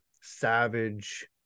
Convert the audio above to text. savage